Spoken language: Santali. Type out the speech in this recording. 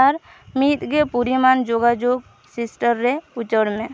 ᱟᱨ ᱢᱤᱫᱜᱮ ᱯᱚᱨᱤᱢᱟᱱ ᱡᱳᱜᱟᱡᱳᱜᱽ ᱥᱤᱥᱴᱟᱨ ᱨᱮ ᱩᱪᱟᱹᱲ ᱢᱮ